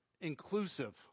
inclusive